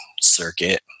circuit